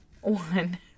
one